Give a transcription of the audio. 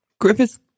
Griffith